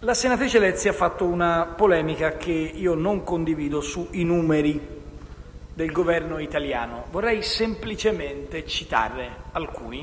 La senatrice Lezzi ha sollevato una polemica che io non condivido sui numeri del Governo italiano. Vorrei semplicemente citarne alcuni